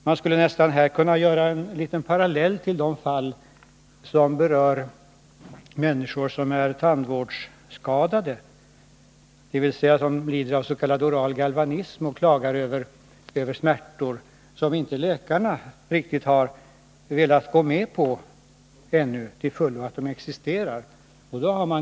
Man skulle här nästan kunna dra en parallell till de fall som berör tandvårdsskadade människor, som lider av s.k. oral galvanism och klagar över smärtor, medan läkarna ännu inte till fullo har gått med på att dessa smärtor existerar.